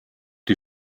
die